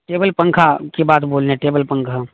table پنکھا کی بات بول ہیں ٹیبل پنکھا